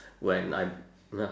when I'm